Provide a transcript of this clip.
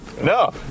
No